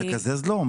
לקזז לו?